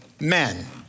men